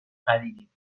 خریدیم